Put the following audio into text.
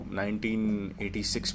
1986